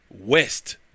West